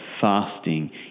fasting